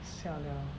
siao liao